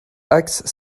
axe